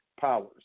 powers